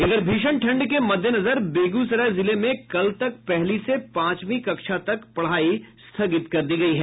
इधर भीषण ठंड के मद्देनजर बेगूसराय जिले में कल तक पहली से पांचवीं कक्षा तक पढ़ाई स्थगित कर दी गयी है